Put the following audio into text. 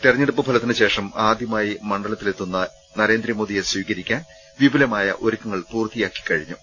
തെരഞ്ഞെടുപ്പുഫലത്തിനുശേഷം ആദ്യമായി മണ്ഡല ത്തിലെത്തുന്ന നരേന്ദ്രമോദിയെ സ്വീകരിക്കാൻ വിപുലമായ ഒരുക്കങ്ങൾ പൂർത്തിയായിക്കഴിഞ്ഞു